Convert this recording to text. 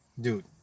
Dude